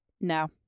No